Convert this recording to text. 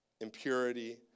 impurity